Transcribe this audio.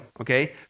okay